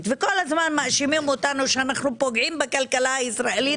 וכל הזמן מאשימים אותנו שאנו פוגעים בכלכלה הישראלית